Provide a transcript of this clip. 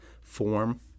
form